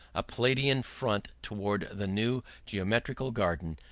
a palladian front toward the new geometrical garden,